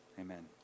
amen